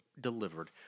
delivered